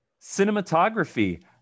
cinematography